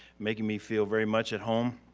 making me feel very much at home.